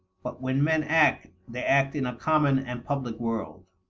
but when men act, they act in a common and public world.